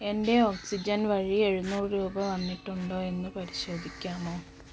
എൻ്റെ ഓക്സിജൻ വഴി എഴുനൂറ് രൂപ വന്നിട്ടുണ്ടോ എന്ന് പരിശോധിക്കാമോ